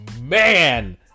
man